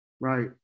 Right